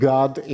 God